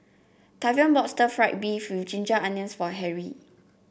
Tavion bought Stir Fried Beef with Ginger Onions for Harry